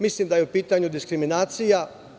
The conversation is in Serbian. Mislim da je u pitanju diskriminacija.